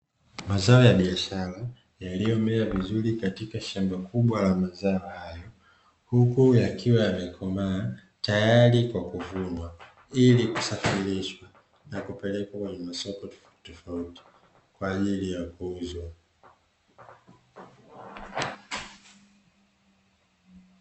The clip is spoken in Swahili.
Mazao ya biashara yaliyomea vizuri katika shamba kubwa la mazao hayo, huku yakiwa yamekomaa tayari kwa kuvunwa ili kusafirishwa na kupelekwa kwenye masoko tofautitofauti kwa ajili ya kuuzwa.